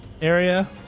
area